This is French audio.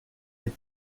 est